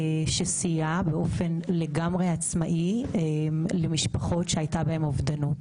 שסייעה באופן לגמרי עצמאי למשפחות שהייתה בהן אובדנות.